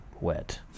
wet